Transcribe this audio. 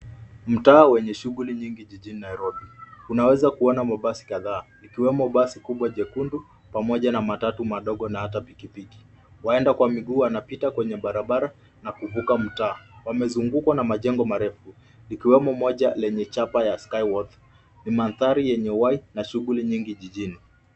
Mtaa wenye shughuli nyingi jijini Nairobi. Unaweza kuona mabasi kadhaa ikiwemo basi kubwa jekundu pamoja na maatatu madogo na hata pikipiki. Waenda kwa miguu wanapita kwenye barabara na kuvuka mtaa. Wamezungukwa na majengo marefu ikiwemo moja lenye chapa ya Skyworth, mandhari yenye uhai na shuguli nyingi jijini.